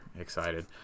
excited